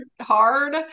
hard